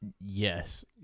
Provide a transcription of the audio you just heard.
Yes